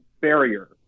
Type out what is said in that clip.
barrier